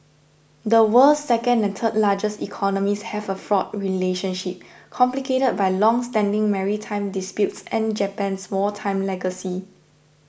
the world's second and third largest economies have a fraught relationship complicated by longstanding maritime disputes and Japan's wartime legacy